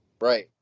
right